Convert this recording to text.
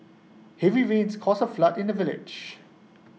A comma can change the meaning of A sentence entirely